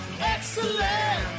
Excellent